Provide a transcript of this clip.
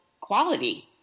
quality